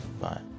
Bye